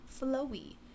flowy